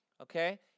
okay